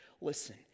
Listen